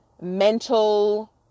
mental